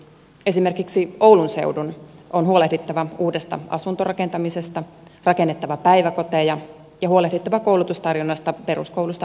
esimerkiksi oulun seudun on huolehdittava uudesta asuntorakentamisesta rakennettava päiväkoteja ja huolehdittava koulutustarjonnasta peruskoulusta alkaen